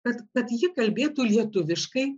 kad kad ji kalbėtų lietuviškai